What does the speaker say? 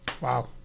Wow